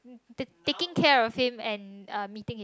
the taking care of him and uh meeting his needs